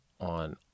on